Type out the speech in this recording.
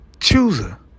chooser